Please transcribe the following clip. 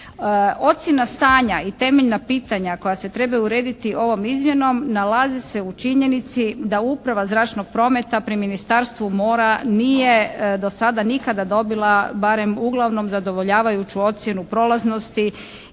Ocjena stanja i temeljna pitanja koja se trebaju urediti ovom izmjenom nalaze se u činjenici da uprava zračnog prometa pri Ministarstvu mora nije do sada nikada dobila barem uglavnom zadovoljavajuću ocjenu prolaznosti